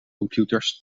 computers